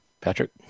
Patrick